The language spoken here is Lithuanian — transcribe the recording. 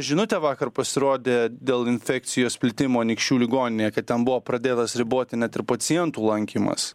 žinote vakar pasirodė dėl infekcijos plitimo anykščių ligoninėje kad ten buvo pradėtas riboti net ir pacientų lankymas